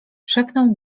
szepnął